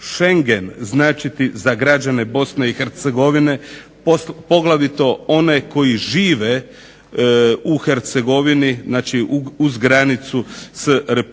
Schengen značiti za građane BiH poglavito one koji žive u Hercegovini, znači uz granicu s RH.